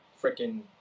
freaking